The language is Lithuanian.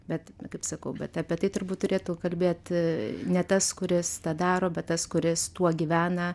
bet kaip sakau bet apie tai turbūt turėtų kalbėt ne tas kuris tą daro bet tas kuris tuo gyvena